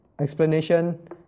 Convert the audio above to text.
explanation